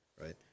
right